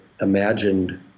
imagined